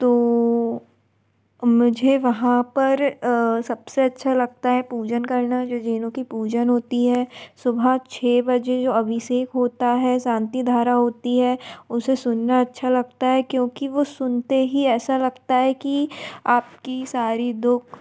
तो मुझे वहाँ पर सबसे अच्छा लगता है पूजन करना जो जैनों की पूजन होती है सुबह छः बजे जो अभिषेक होता है शांति धारा होती है उसे सुनना अच्छा लगता है क्यूँकि वह सुनते ही ऐसा लगता है कि आपकी सारी दुःख